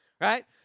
Right